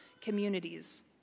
communities